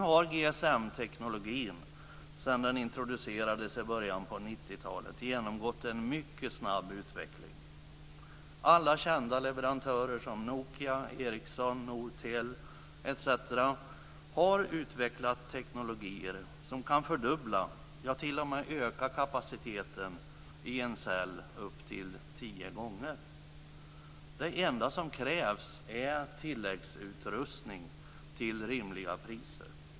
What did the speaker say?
GSM-tekniken har sedan den introducerades i början av 90-talet genomgått en mycket snabb utveckling. Alla kända leverantörer som Nokia, Ericsson, Nortel osv. har utvecklat tekniker som kan fördubbla, t.o.m. öka kapaciteten, i en cell upp till tio gånger. Det enda som krävs är tilläggsutrustning till rimliga priser.